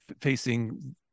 facing